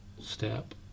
step